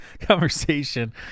conversation